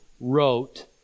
wrote